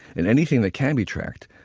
and anything that can be tracked,